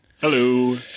Hello